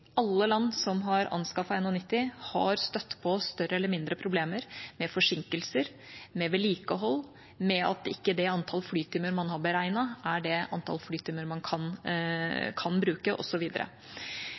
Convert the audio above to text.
Alle land som har anskaffet NH90, har støtt på større eller mindre problemer – med forsinkelser, med vedlikehold, med at ikke det antall flytimer man har beregnet, er det antall flytimer man kan